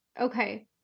Okay